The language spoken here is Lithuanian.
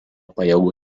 pajėgų